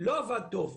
לא עבד טוב.